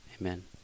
Amen